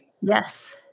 Yes